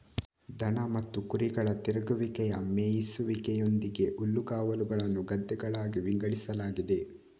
ದನ ಮತ್ತು ಕುರಿಗಳ ತಿರುಗುವಿಕೆಯ ಮೇಯಿಸುವಿಕೆಯೊಂದಿಗೆ ಹುಲ್ಲುಗಾವಲುಗಳನ್ನು ಗದ್ದೆಗಳಾಗಿ ವಿಂಗಡಿಸಲಾಗಿದೆ